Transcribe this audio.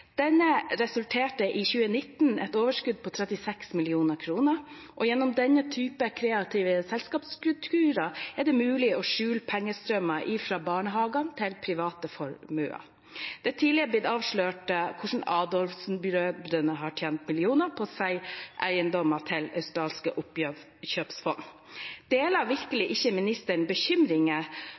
resulterte i 2019 i et overskudd på 36 mill. kr. Gjennom denne typen kreative selskapsstrukturer er det mulig å skjule pengestrømmer fra barnehagene til private formuer. Det er tidligere blitt avslørt hvordan Adolfsen-brødrene har tjent millioner på å selge eiendommer til australske oppkjøpsfond. Deler virkelig ikke ministeren